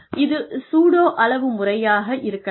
இது சூடோ அளவு முறையாக இருக்கலாம்